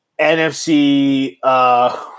NFC –